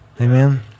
amen